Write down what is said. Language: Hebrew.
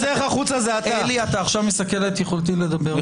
מסכל את יכולתי לדבר.